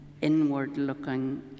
inward-looking